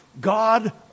God